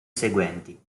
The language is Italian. seguenti